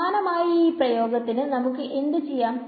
സമാനമായി ഈ പ്രയോഗത്തിന് നമുക്ക് എന്ത് ചെയ്യാം